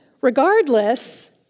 Regardless